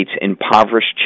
impoverished